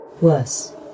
Worse